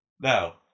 Now